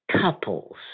couples